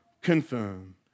confirm